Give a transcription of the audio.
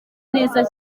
neza